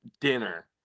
dinner